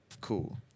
cool